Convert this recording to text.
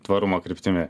tvarumo kryptimi